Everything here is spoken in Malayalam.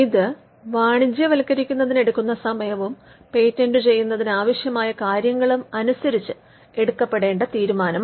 ഇത് വാണിജ്യവത്കരിക്കുന്നതിന് എടുക്കുന്ന സമയവും പേറ്റന്റ് ചെയ്യുന്നതിന് ആവശ്യമായ കാര്യങ്ങളും അനുസരിച്ച് എടുക്കപ്പെടേണ്ട തീരുമാനമാണ്